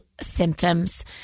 symptoms